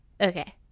Okay